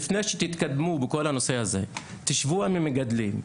לפני שתתקדמו בכל הנושא הזה תשבו עם המגדלים,